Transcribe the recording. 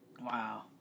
Wow